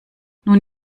nun